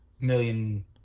million